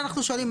אני מבין,